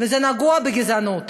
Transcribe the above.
וזה נגוע בגזענות.